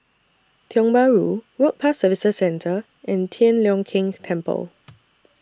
Tiong Bahru Work Pass Services Centre and Tian Leong Keng Temple